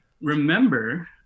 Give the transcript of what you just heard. remember